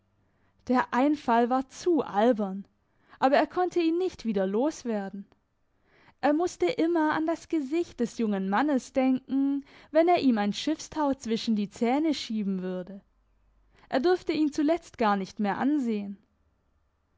der einfall war zu albern aber er konnte ihn nicht wieder los werden er musste immer an das gesicht des jungen mannes denken wenn er ihm ein schiffstau zwischen die zähne schieben würde er durfte ihn zuletzt gar nicht mehr ansehen